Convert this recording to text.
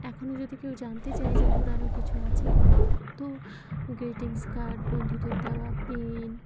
এখনও যদি কেউ জানতে চায় যে পুরানো কিছু আছে কি না তো গ্রিটিংস কার্ড বন্ধুদের দেওয়া পেন